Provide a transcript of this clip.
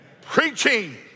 preaching